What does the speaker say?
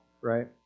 right